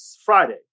Friday